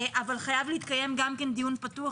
אבל חייב להתקיים דיון פתוח,